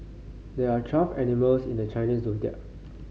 there are twelve animals in the Chinese Zodiac